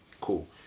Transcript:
cool